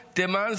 תימן,